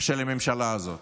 של הממשלה הזאת.